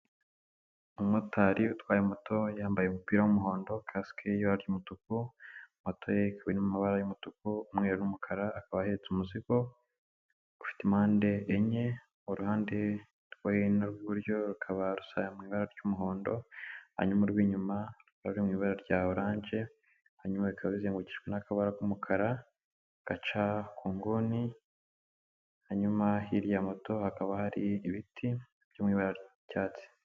Umumotari utwaye moto yambaye umupira w'umuhondo, kasike y' ibara ry' umutuku, moto ye ikaba iri mu mu mabara y'umutuku, umweru n'umukara akaba ahetse umuzigo ufite impande enye uruhande rw' iburyo rukaba rusa mu ibara ry'umuhondo hanyuma urw'inyuma ruri mu ibara rya oranjye hanyuma bikaba bizengukitswe n'akabara k'umukara gaca ku nguni hanyuma hirya ya moto hakaba hari ibiti byo mu ibara ry' icyatsi.